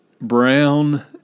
brown